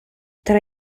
tra